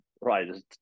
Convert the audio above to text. right